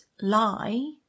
lie